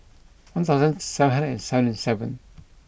one thousand seven hundred and seventy seven